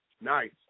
Nice